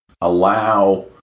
allow